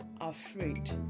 afraid